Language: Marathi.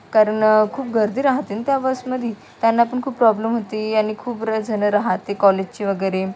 कारण खूप गर्दी राहते न त्या बसमध्ये त्यांना पण खूप प्रॉब्लम होती आणि खूप रझनं राहते कॉलेजचे वगैरे